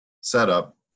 setup